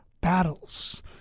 battles